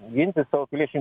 ginti savo piliečių